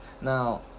Now